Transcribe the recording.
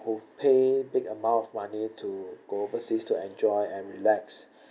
who pay big amount of money to go overseas to enjoy and relax